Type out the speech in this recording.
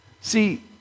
See